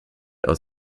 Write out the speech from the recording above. aus